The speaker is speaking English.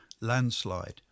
landslide